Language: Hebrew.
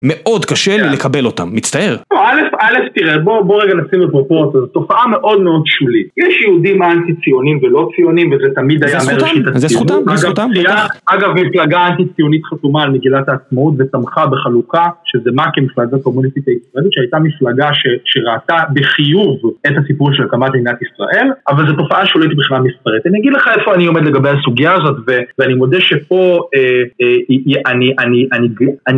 מאוד קשה לקבל אותם, מצטער. אלף, אלף, תראה, בוא... בוא רגע נשים בפרופורציות. זו תופעה מאוד מאוד שולית. יש יהודים אנטי-ציונים ולא ציונים, וזה תמיד היה מראשית הציונות. אז זה זכותם, זה זכותם, זה זכותם. אגב, מפלגה אנטי-ציונית חתומה על מגילת העצמאות, ותמכה בחלוקה, שזה מק"י, מפלגה קומוניסטית הישראלית, שהייתה מפלגה שראתה בחיוב את הסיפור של הקמת מדינת ישראל, אבל זו תופעה שולית בכלל מספרית. אני אגיד לך איפה אני עומד לגבי הסוגיה הזאת, ואני מודה שפה... אה... אני... אני... אני...